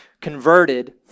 converted